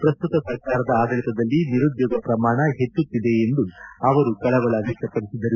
ಪ್ರಸ್ತುತ ಸರ್ಕಾರದ ಆಡಳಿತದಲ್ಲಿ ನಿರುದ್ದೋಗ ಪ್ರಮಾಣ ಪೆಚ್ಚುತ್ತಿದೆ ಎಂದು ಅವರು ಕಳವಳ ವ್ಯಕ್ತಪಡಿಸಿದರು